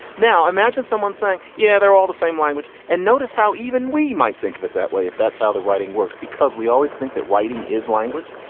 now imagine someone saying, yeah, they're all the same language, and notice how even we might think of it that way, if that's how the writing works, because we always think that writing is language.